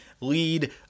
lead